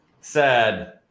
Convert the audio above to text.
Sad